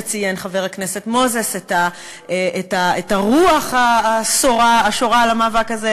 וציין חבר הכנסת מוזס את הרוח השורה על המאבק הזה,